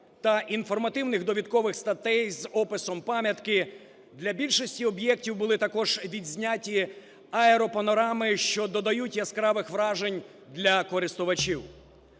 інформативних довідкових статей з описом пам'ятки, для більшості об'єктів були також відзнятіаеропанорами, що додають яскравих вражень для користувачів.